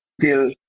Till